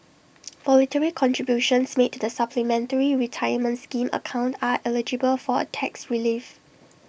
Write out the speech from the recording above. voluntary contributions made to the supplementary retirement scheme account are eligible for A tax relief